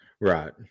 Right